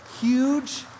huge